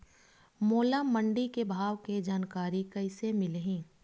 मोला मंडी के भाव के जानकारी कइसे मिलही?